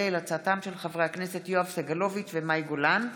בהצעתם של חברי הכנסת יואב סגלוביץ' ומאי גולן בנושא: